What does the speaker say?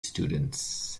students